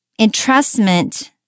entrustment